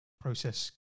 process